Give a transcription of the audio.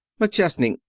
mcchesney,